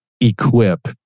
equip